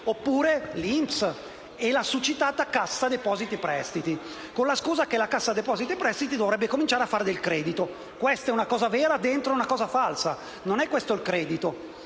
Oppure l'INPS e la succitata Cassa depositi e prestiti, con la scusa che quest'ultima dovrebbe cominciare a fare del credito. Ma questa è una cosa vera dentro una cosa falsa. Non è questo il credito.